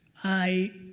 i,